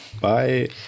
bye